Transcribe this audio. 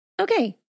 Okay